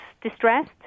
distressed